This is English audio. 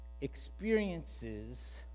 experiences